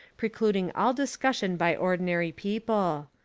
precluding all discussion by ordi nary people.